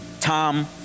Tom